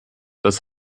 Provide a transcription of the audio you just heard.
das